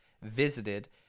visited